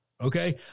okay